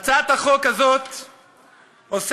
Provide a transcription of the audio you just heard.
הצעת החוק הזאת עוסקת,